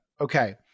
Okay